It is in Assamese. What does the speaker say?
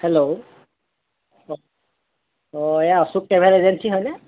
হেল্ল' অঁ অঁ এইয়া আশোক ট্ৰেভেল এজেঞ্চি হয়নে